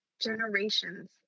generations